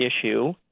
issue